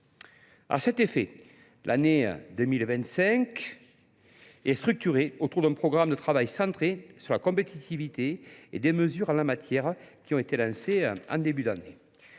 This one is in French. À cet effet, l'année 2025, et structurer autour d'un programme de travail centré sur la compétitivité et des mesures à la matière qui ont été lancées en début d'année.